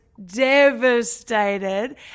devastated